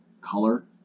color